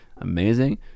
amazing